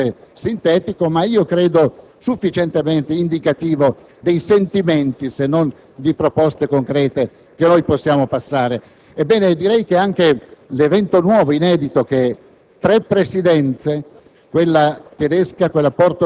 stringato, inevitabilmente sintetico, ma credo sufficientemente indicativo dei sentimenti, se non di proposte concrete che possiamo passare. Ebbene, direi che anche l'evento nuovo ed inedito che tre Presidenze,